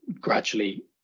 gradually